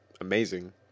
amazing